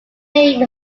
name